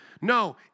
No